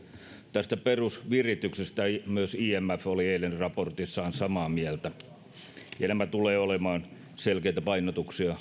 tästä perusvirityksestä myös imf oli eilen raportissaan samaa mieltä nämä tulevat olemaan selkeitä painotuksia